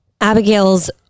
Abigail's